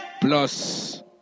Plus